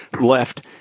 left